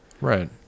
Right